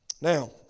Now